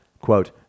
quote